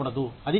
అది చట్టం